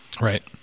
Right